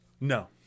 No